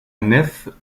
nef